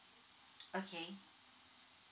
okay